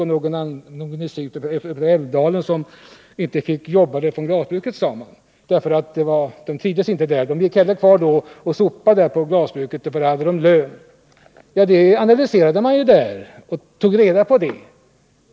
Man påstod att det var några som kunde ha fått jobb i Älvdalen men inte vill ta de jobben därför att de inte trivdes med dem. De gick hellre kvar och sopade på glasbruket i Surte, för där hade de lön. På Surte glasbruk analyserade man förhållandena.